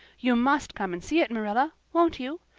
you must come and see it, marilla won't you?